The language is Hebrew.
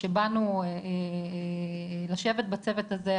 כשבאנו לשבת בצוות הזה,